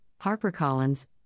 HarperCollins